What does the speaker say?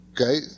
Okay